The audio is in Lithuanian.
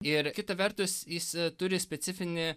ir kita vertus jis a turi specifinį